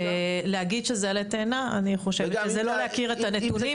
להגיד שזה עלה תאנה אני חושבת שזה לא להכיר את הנתונים.